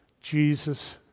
Jesus